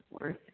worth